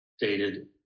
dated